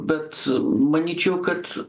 bet manyčiau kad